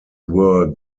were